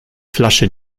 flasche